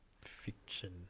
fiction